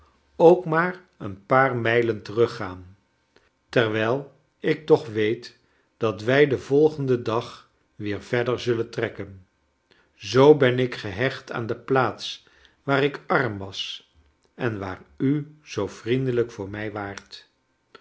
ook niaar een paar mijlen teruggaan terwijl ik toch weet dat wij den volgenden dag weer verder zullen trekken zoo ben ik gehecht aan de plaats waar ik arm was en waar u zoo vriendelijk voor mij waart